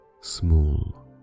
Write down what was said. small